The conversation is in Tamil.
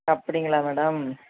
அப்படிங்களா மேடம்